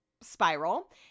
spiral